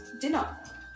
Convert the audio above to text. dinner